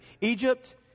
Egypt